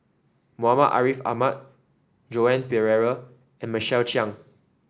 Muhammad Ariff Ahmad Joan Pereira and Michael Chiang